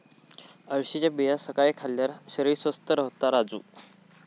अळशीच्या बिया सकाळी खाल्ल्यार शरीर स्वस्थ रव्हता राजू